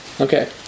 Okay